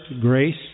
grace